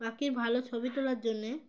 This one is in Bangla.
পাখির ভালো ছবি তোলার জন্যে